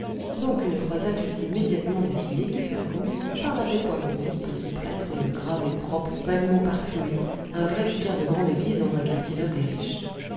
donc une croisade fut immédiatement décidée qui serait conduite par l'abbé poivron petit prêtre gras et propre vaguement parfumé un vrai vicaire de grande église dans un quartier noble et riche